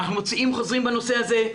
אנחנו מוציאים חוזרים בנושא הזה,